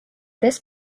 this